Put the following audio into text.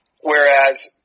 Whereas